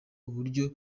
uburyo